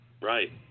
right